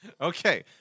Okay